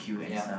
ya